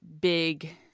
big